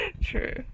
True